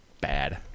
bad